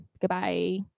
goodbye